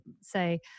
say